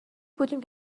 بودیم